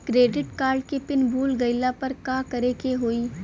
Credit card के PIN भूल गईला पर का करे के होई?